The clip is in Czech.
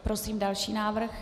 Prosím další návrh.